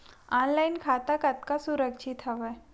Online खाता कतका सुरक्षित हवय?